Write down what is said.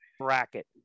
bracket